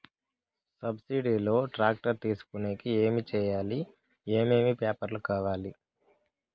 Subsidy లో tractor తీసుకొనేకి ఏమి చేయాలి? ఏమేమి పేపర్లు కావాలి?